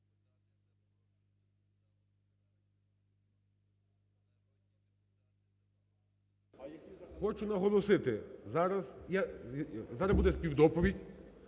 Хочу наголосити, зараз буде співдоповідь,